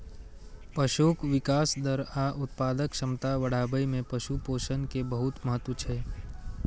पशुक विकास दर आ उत्पादक क्षमता बढ़ाबै मे पशु पोषण के बहुत महत्व छै